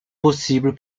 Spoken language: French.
possibles